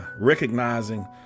recognizing